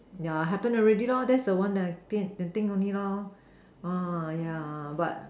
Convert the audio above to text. ya happen already lah that's the one that I can think only lah uh yeah but